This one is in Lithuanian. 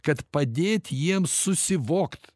kad padėt jiems susivokt